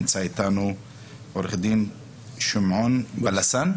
נמצא איתנו עורך דין שמעון בלסן,